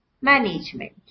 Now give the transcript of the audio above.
management